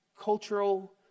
cultural